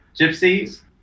gypsies